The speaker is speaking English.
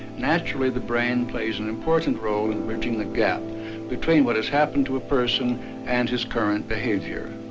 naturally the brain plays an important role in bridging the gap between what has happened to a person and his current behaviour.